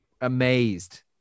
amazed